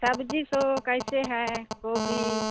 सब्ज़ी तो कैसे है गोभी